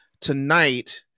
tonight